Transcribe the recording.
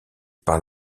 par